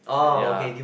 ya